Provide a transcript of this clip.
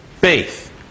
faith